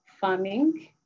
farming